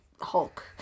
Hulk